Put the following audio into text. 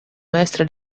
maestra